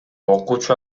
окуучу